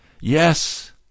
Yes